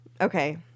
Okay